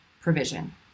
provision